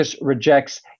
rejects